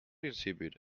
insipid